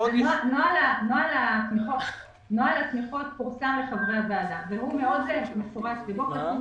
נוהל התמיכות פורסם לחברי הוועדה והוא --- שזה